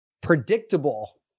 predictable